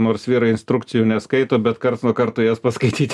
nors vyrai instrukcijų neskaito bet karts nuo karto jas paskaityti